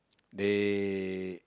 they